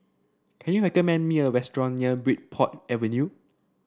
can you recommend me a restaurant near Bridport Avenue